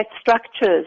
structures